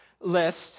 list